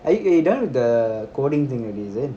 are you eh you done with the coding thing already is it